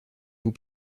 vous